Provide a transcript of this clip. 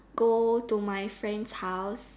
go to my friend's house